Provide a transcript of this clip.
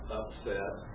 upset